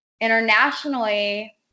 internationally